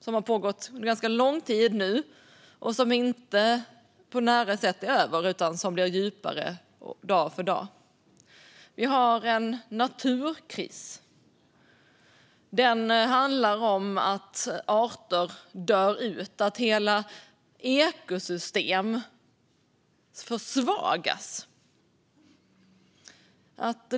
De har pågått under lång tid och är inte på något sätt över. I stället djupnar de dag för dag. Det råder en naturkris. Den handlar om att arter dör ut, att hela ekosystem försvagas.